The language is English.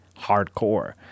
hardcore